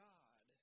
God